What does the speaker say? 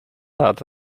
hat